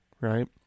right